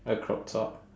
a crop top